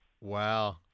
Wow